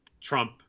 Trump